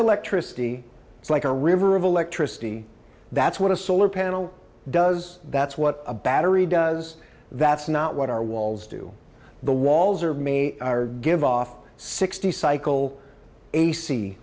electricity is like a river of electricity that's what a solar panel does that's what a battery does that's not what our walls do the walls are may give off sixty cycle ac